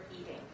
eating